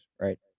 right